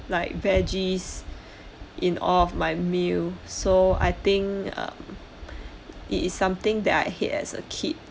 like veggies in all of my meal so I think um it is something that I hate as a kid